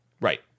Right